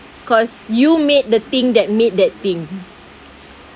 cause you made the thing that made that thing